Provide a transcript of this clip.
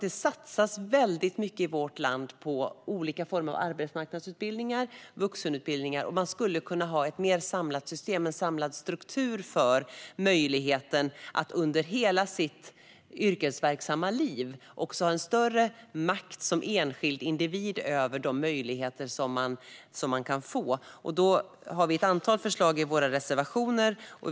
Det satsas väldigt mycket i vårt land på olika former av arbetsmarknadsutbildningar och vuxenutbildningar, och man skulle kunna ha ett mer samlat system - en samlad struktur för möjligheten att som enskild individ, under hela sitt yrkesverksamma liv, ha större makt över de möjligheter man kan få. Vi har ett antal förslag i våra reservationer.